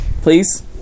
please